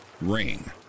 Ring